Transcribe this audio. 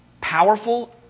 powerful